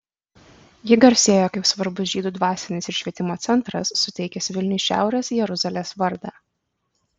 ji garsėjo kaip svarbus žydų dvasinis ir švietimo centras suteikęs vilniui šiaurės jeruzalės vardą